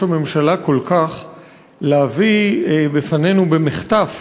הממשלה מתעקש כל כך להביא בפנינו במחטף